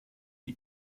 die